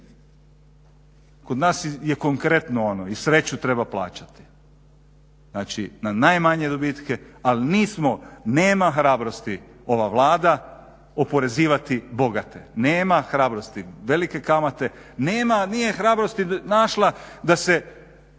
kod nas je konkretno ono i sreću treba plaćati, znači na najmanje dobitke ali nismo, nema hrabrosti ova Vlada oporezivati bogate, nema hrabrosti velike kamate. Nije hrabrosti našla da se